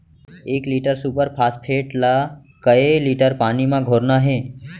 एक litre super phosphate ला कए लीटर पानी मा घोरना हे?